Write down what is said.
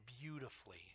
beautifully